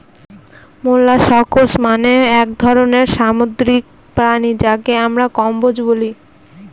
molluscs মানে এক ধরনের সামুদ্রিক প্রাণী যাকে আমরা কম্বোজ বলি